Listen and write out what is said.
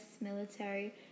military